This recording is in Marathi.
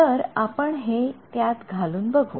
तर आपण हे त्यात घालून बघू